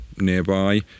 nearby